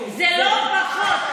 זה לא פחות.